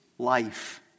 Life